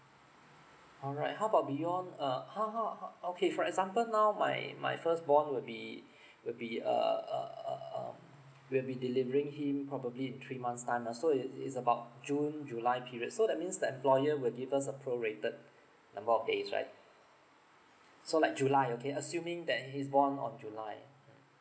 alright how about beyond uh how how how okay for example now my my firstborn will be will be err err err err will be delivering him probably in three months time ah so it it's about june july period so that means the employer will give us a prorated number of days right so like july okay assuming that he's born on july